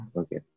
okay